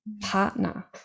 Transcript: partner